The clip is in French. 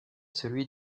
celui